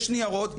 יש ניירות,